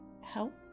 help